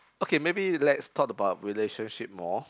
okay maybe let's talk about relationship more